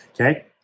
okay